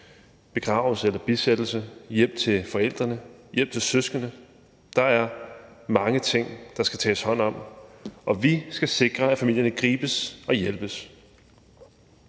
begravelse eller bisættelse, hjælp til forældrene, hjælp til søskende. Der er mange ting, der skal tages hånd om, og vi skal sikre, at familierne gribes og hjælpes.